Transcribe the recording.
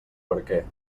barquer